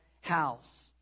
house